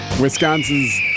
Wisconsin's